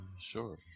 Sure